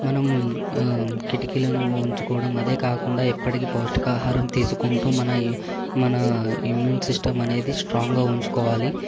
మనం కిటికీలను ఉంచుకోవడం అదే కాకుండా ఎప్పటికీ పౌష్టికాహారం తీసుకుంటూ మన ఈ మన ఇమ్యూన్ సిస్టం అనేది స్ట్రాంగ్గా ఉంచుకోవాలి